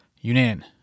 Yunnan